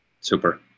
super